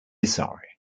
sorry